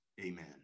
amen